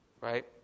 right